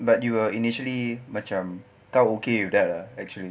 but you are initially macam kau okay with that ah actually